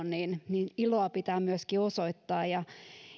niin iloa pitää myöskin osoittaa ja